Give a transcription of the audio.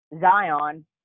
Zion